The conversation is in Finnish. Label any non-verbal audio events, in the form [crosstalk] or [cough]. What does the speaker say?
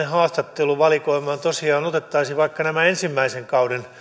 [unintelligible] haastatteluvalikoimaan tosiaan otettaisiin vaikka ensimmäisen kauden